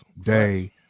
day